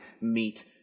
meet